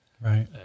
Right